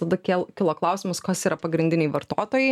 tada kėl kilo klausimas kas yra pagrindiniai vartotojai